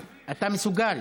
אתה מסוגל.